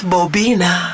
Bobina